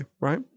right